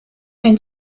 ein